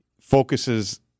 focuses